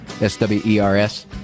S-W-E-R-S